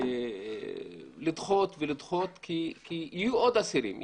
ולדחות ולדחות כי יהיו עוד אסירים.